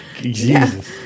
Jesus